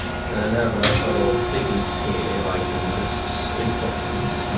so now that i've got all the figures here i can just input them, so